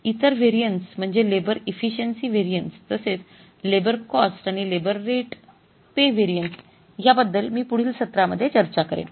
इथर व्हेरिएन्स म्हणजे labour efficiency variance तसेच लेबर कॉस्ट आणि लेबर रेट पे व्हेरिएन्स या बद्दल मी पुढील सत्रामध्ये चर्चा करेन